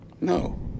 No